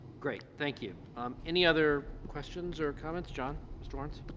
great thank you um any other questions or comments john mr. lawrence?